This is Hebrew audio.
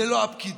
זה לא הפקידים,